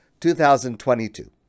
2022